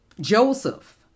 Joseph